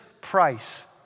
price